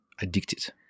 addicted